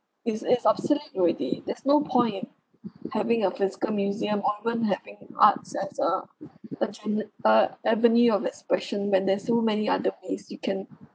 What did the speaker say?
it's it's obsolete already there's no point in having a physical museum or even having arts as a a channel per~ avenue of expression when there's so many other place you can